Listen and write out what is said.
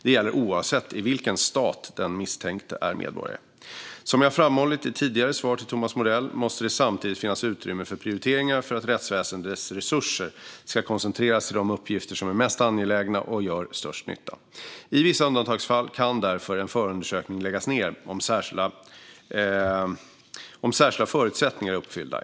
Det gäller oavsett i vilken stat den misstänkte är medborgare. Som jag har framhållit i tidigare svar till Thomas Morell måste det samtidigt finnas utrymme för prioriteringar för att rättsväsendets resurser ska koncentreras till de uppgifter som är mest angelägna och gör störst nytta. I vissa undantagsfall kan därför en förundersökning läggas ned om särskilda förutsättningar är uppfyllda.